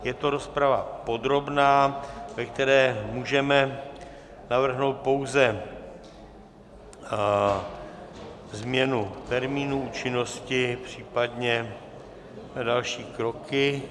Je to rozprava podrobná, ve které můžeme navrhnout pouze změnu termínu účinnosti, případně další kroky.